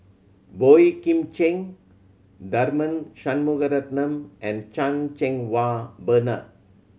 Boey Kim Cheng Tharman Shanmugaratnam and Chan Cheng Wah Bernard